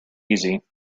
easy